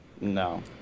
No